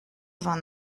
vingt